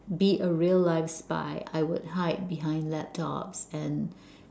be a real life spy I would hide behind laptops and